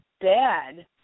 bad